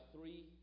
three